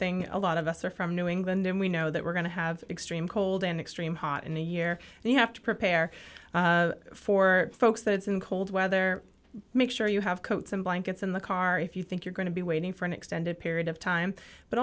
thing a lot of us are from new england and we know that we're going to have extreme cold and extreme hot in a year and you have to prepare for folks that it's in cold weather make sure you have coats and blankets in the car if you think you're going to be waiting for an extended period of time but